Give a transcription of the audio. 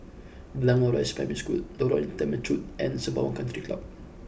Blangah Rise Primary School Lorong Temechut and Sembawang Country Club